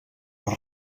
les